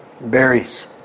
berries